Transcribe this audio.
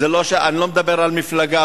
אני לא מדבר על מפלגה,